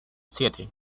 siete